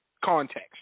context